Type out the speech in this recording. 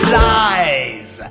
lies